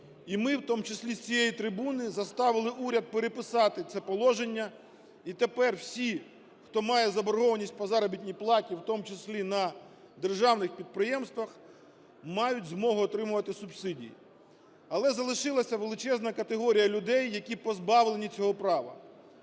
І ми, в тому числі з цієї трибуни, заставили уряд переписати це положення. І тепер всі, хто має заборгованість по заробітній платі, в тому числі на державних підприємствах, мають змогу отримувати субсидії. Але залишилася величезна категорія людей, які позбавлені цього права: